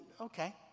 Okay